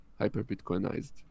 hyper-Bitcoinized